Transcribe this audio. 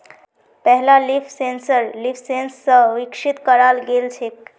पहला leaf sensor LeafSens स विकसित कराल गेल छेक